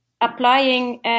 applying